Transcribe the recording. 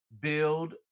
build